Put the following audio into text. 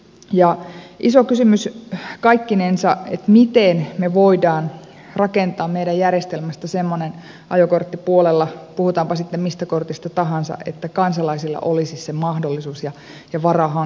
ja iso kysymys on kaikkinensa että miten me voimme rakentaa meidän järjestelmästä semmoisen ajokorttipuolella puhutaanpa sitten mistä kortista tahansa että kansalaisilla olisi se mahdollisuus ja varaa hankkia